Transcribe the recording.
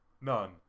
none